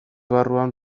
barruan